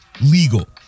legal